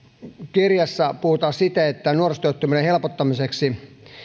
kirjassa puhutaan siten että nuorisotyöttömyyden helpottamiseksi